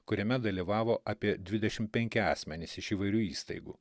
kuriame dalyvavo apie dvidešim penki asmenys iš įvairių įstaigų